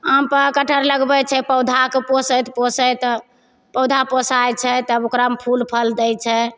आम पा कटहरकऽ लगबैत छै पौधाके पोसैत पोसैत पौधा पोसाइत छै तब ओकरामे फूल फल दै छै